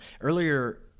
Earlier